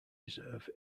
reserve